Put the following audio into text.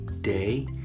day